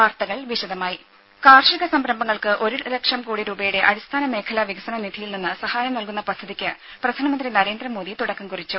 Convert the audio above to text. വാർത്തകൾ വിശദമായി കാർഷിക സംരംഭങ്ങൾക്ക് ഒരു ലക്ഷം കോടി രൂപയുടെ അടിസ്ഥാന മേഖലാ വികസന നിധിയിൽ നിന്ന് സഹായം നൽകുന്ന പദ്ധതിയ്ക്ക് പ്രധാനമന്ത്രി നരേന്ദ്രമോദി തുടക്കം കുറിച്ചു